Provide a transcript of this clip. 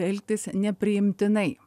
elgtis nepriimtinai